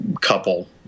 couple